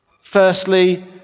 Firstly